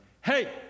hey